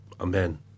Amen